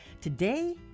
Today